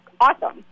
awesome